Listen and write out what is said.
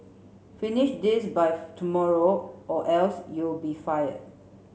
finish this by tomorrow or else you'll be fired